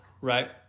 right